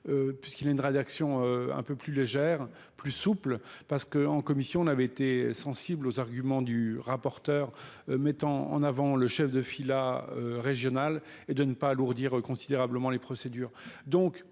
nous avons écrit un peu plus légère, plus souple parce que, en commission, on avait été sensibles aux arguments du rapporteur mettant en avant le chef de fila régional et considérablement les procédures